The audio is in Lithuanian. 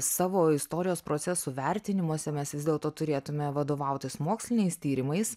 savo istorijos procesų vertinimuose mes vis dėlto turėtumėme vadovautis moksliniais tyrimais